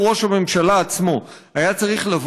ומקריא טקסט ולפעמים הוא אפילו לא יודע במה